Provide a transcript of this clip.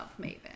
Maven